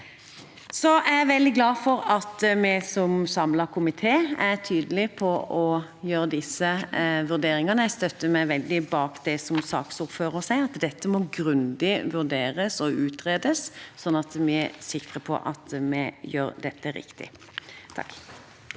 Jeg er veldig glad for at vi, som samlet komité, er tydelige på å gjøre disse vurderingene. Jeg stiller meg veldig bak det som saksordføreren sier om at dette må vurderes og utredes grundig, sånn at vi er sikre på at vi gjør dette riktig. Terje